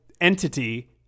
entity